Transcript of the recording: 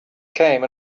came